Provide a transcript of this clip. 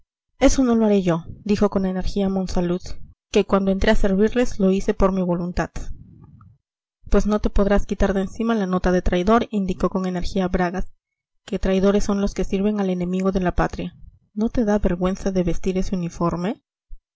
eso no lo haré yo dijo con energía monsalud que cuando entré a servirles lo hice por mi voluntad pues no te podrás quitar de encima la nota de traidor indicó con energía bragas que traidores son los que sirven al enemigo de la patria no te da vergüenza de vestir ese uniforme